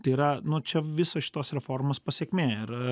tai yra nu čia visos šitos reformos pasekmė ir